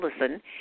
listen